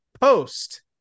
post